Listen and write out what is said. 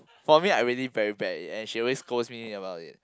for me I really very bad in and she always scolds me about it